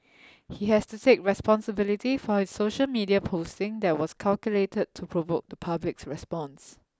he has to take responsibility for his social media posting that was calculated to provoke the public's response